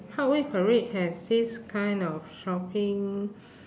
parkway parade has this kind of shopping